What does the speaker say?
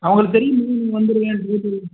அவங்களுக்கு தெரியுமில்ல நீங்கள் வந்துவிடுவீங்கன்னு